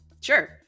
Sure